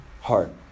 heart